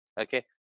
okay